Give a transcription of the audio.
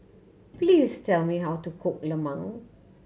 please tell me how to cook lemang